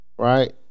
Right